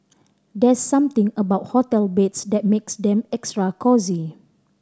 there's something about hotel beds that makes them extra cosy